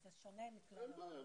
בשונה מ- -- אין בעיה,